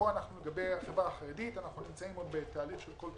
יהיה איזה מקום?